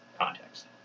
context